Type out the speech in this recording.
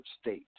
State